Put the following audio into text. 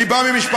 אני בא ממשפחה,